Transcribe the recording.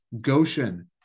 Goshen